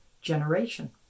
generation